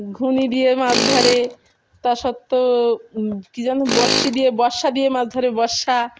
ঘুর্ণি দিয়ে মাছ ধরে তার সত্ত্বে কী যেন বড়শি দিয়ে বর্ষা দিয়ে মাছ ধরে বর্ষা